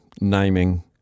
naming